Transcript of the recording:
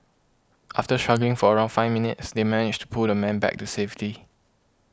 after struggling for around five minutes they managed to pull the man back to safety